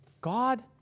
God